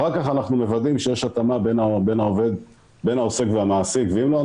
אחר כך אנחנו מוודאים שיש התאמה בין העוסק והמעסיק ואם לא,